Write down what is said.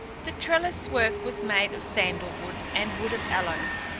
the trellis work was made of sandal wood and wood of aloes.